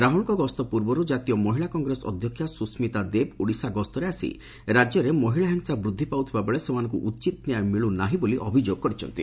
ରାହୁଳଙ୍କ ଗସ୍ତ ପୂର୍ବରୁ ଜାତୀୟ ମହିଳା କଂଗ୍ରେସ ଅଧ୍ଧକ୍ଷା ସୁସ୍କିତା ଦେବ୍ ଓଡ଼ିଶା ଗସ୍ତରେ ଆସି ରାକ୍ୟରେ ମହିଳା ହିଂସା ବୃଦ୍ଧି ପାଉଥିବା ବେଳେ ସେମାନଙ୍ଙୁ ଉଚିତ ନ୍ୟାୟ ମିଳୁନାହିଁ ବୋଲି ଅଭିଯୋଗ କରିଛନ୍ତି